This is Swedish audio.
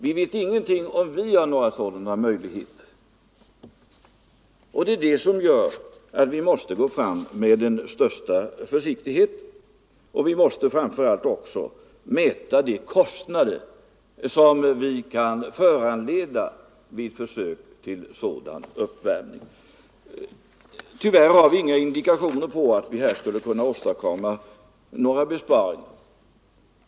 Vi vet däremot inte om det finns några sådana möjligheter i vårt land, och det är detta som gör att vi måste gå fram med den största försiktighet. Vi måste framför allt också mäta de kostnader som kan föranledas av försök med sådan uppvärmning. Tyvärr har vi inga indikationer på att vi här skulle kunna åstadkomma några besparingar.